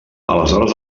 aleshores